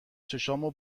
چشامو